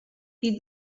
did